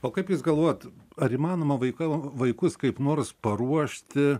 o kaip jūs galvojat ar įmanoma vaiko vaikus kaip nors paruošti